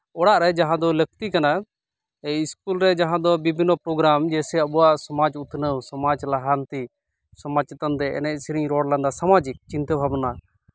ᱚᱲᱟᱜ ᱨᱮ ᱡᱟᱦᱟᱸ ᱫᱚ ᱞᱟᱹᱠᱛᱤ ᱠᱟᱱᱟ ᱥᱠᱩᱞ ᱨᱮ ᱡᱟᱦᱟᱸ ᱫᱚ ᱵᱤᱵᱷᱤᱱᱱᱚ ᱯᱨᱳᱜᱨᱟᱢ ᱜᱮ ᱥᱮ ᱟᱵᱚᱣᱟᱜ ᱥᱚᱢᱟᱡᱽ ᱩᱛᱱᱟᱹᱣ ᱥᱚᱢᱟᱡᱽ ᱞᱟᱦᱟᱱᱛᱤ ᱥᱚᱢᱟᱡᱽ ᱪᱮᱛᱟᱱ ᱛᱮ ᱮᱱᱮᱡ ᱥᱮᱨᱮᱧ ᱨᱚᱲ ᱞᱟᱸᱫᱟ ᱥᱟᱢᱟᱡᱤᱠ ᱪᱤᱱᱛᱟᱹ ᱵᱷᱟᱵᱽᱱᱟ